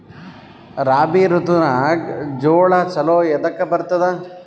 ರಾಬಿ ಋತುನಾಗ್ ಜೋಳ ಚಲೋ ಎದಕ ಬರತದ?